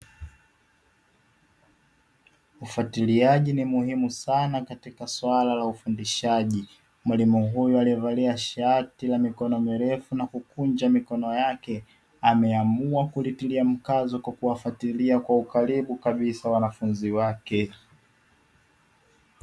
Ufatiliaji ni muhimu sana katika swala la ufundishaji. Mwalimu huyu aliyevalia shati la mikono mirefu na kukunja mikono yake, ameamua kulitilia mkazo kwa kuwafuatilia kwa ukaribu kabisa wanafunzi wake.